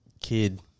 kid